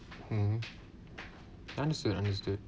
mm understood understood